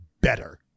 better